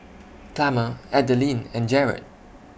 Plummer Adalynn and Jarrad